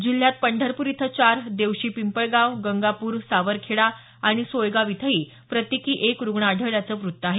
जिल्ह्यात पंढरपूर इथं चार देवशी पिंपळगाव गंगापूर सावरखेडा आणि सोयगाव इथंही प्रत्येकी एक रुग्ण आढळल्याचं व्रत्त आहे